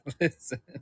Listen